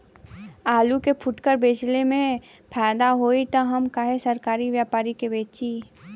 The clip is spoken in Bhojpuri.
आलू के फूटकर बेंचले मे फैदा होई त हम काहे सरकारी व्यपरी के बेंचि?